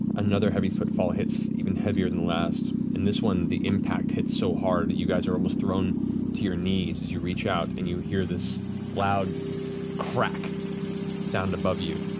another heavy footfall hits even heavier than the last, and this one, the impact hits so hard that you guys are almost thrown to your knees as you reach out, and you hear this loud crack sound above you.